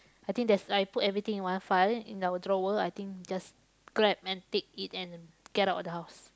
I think that's I put everything in one file in our drawer I think just grab and take it and get out of the house